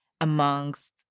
amongst